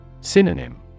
Synonym